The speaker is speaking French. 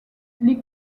les